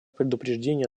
предупреждение